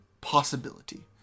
possibility